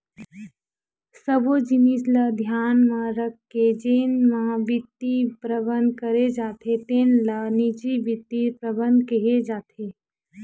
सब्बो जिनिस ल धियान म राखके जेन म बित्त परबंध करे जाथे तेन ल निजी बित्त परबंध केहे जाथे